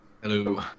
Hello